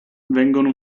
vengono